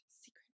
secret